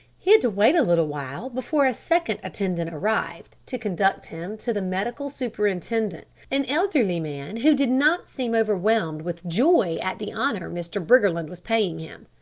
he had to wait a little while before a second attendant arrived to conduct him to the medical superintendent, an elderly man who did not seem overwhelmed with joy at the honour mr. briggerland was paying him.